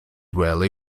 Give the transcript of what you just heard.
rarely